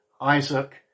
Isaac